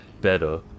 better